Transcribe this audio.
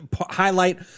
highlight